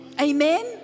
Amen